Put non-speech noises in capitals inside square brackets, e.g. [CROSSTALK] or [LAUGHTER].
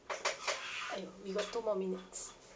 [NOISE] we got two more minutes